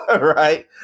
Right